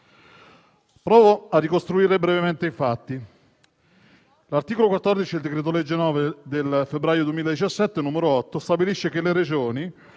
Provo a ricostruire brevemente i fatti. L'articolo 14 del decreto-legge 9 febbraio 2017, n. 8, stabilisce che le Regioni